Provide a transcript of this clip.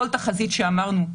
שאמרנו,